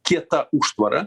kieta užtvara